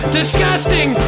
disgusting